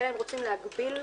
אלא אם רוצים להגביל.